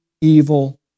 evil